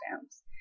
stamps